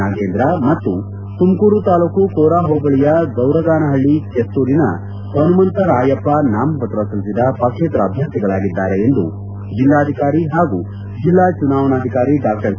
ನಾಗೇಂದ್ರ ಮತ್ತು ತುಮಕೂರು ತಾಲ್ಲೂಕು ಕೋರಾ ಹೋಬಳಿಯ ಗೌರಗಾನಪಳ್ಳಿ ಕೆಸ್ತೂರಿನ ಪನುಮಂತರಾಯಪ್ಪ ನಾಮಪತ್ರ ಸಲ್ಲಿಸಿದ ಪಕ್ಷೇತರ ಅಭ್ಯರ್ಥಿಗಳಾಗಿದ್ದಾರೆ ಎಂದು ಜಿಲ್ಲಾಧಿಕಾರಿ ಹಾಗೂ ಜಿಲ್ಲಾ ಚುನಾವಣಾಧಿಕಾರಿ ಡಾ ಕೆ